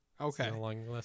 okay